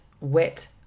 wet